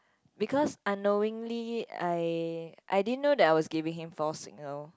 because unknowingly I I didn't know that I was giving him false signals